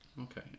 okay